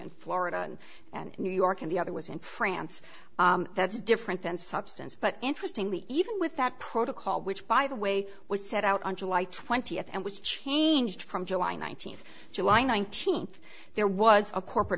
and florida and new york and the other was in france that's different than substance but interestingly even with that protocol which by the way was set out on july twentieth and was changed from july nineteenth july nineteenth there was a corporate